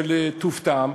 "בטוב טעם",